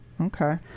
Okay